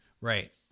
Right